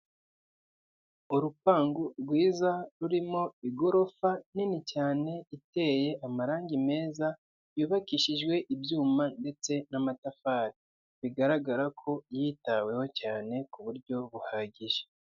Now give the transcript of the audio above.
Urupango rwiza rurimo igorofa nini cyane iteye amarangi meza yubakishijwe ibyuma ndetse n'amatafari bigaragara ko yitaweho cyane ku buryo buhagije.